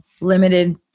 limited